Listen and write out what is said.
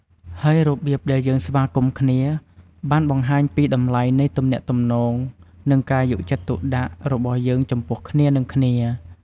ហើយរបៀបដែលយើងស្វាគមន៍គ្នា បានបង្ហាញពីតម្លៃនៃទំនាក់ទំនង និងការយកចិត្តទុកដាក់របស់យើងចំពោះគ្នានិងគ្នា។